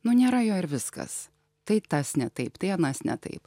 nu nėra jo ir viskas tai tas ne taip tai anas ne taip